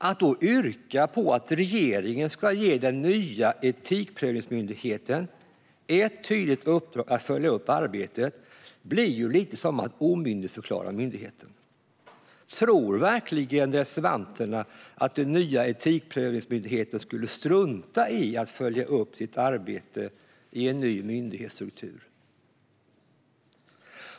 Att då yrka på att regeringen ska ge den nya etikprövningsmyndigheten ett tydligt uppdrag att följa upp arbetet blir lite som att omyndigförklara myndigheten. Tror verkligen reservanterna att den nya etikprövningsmyndigheten skulle strunta i att följa upp sitt arbete i en ny myndighetsstruktur?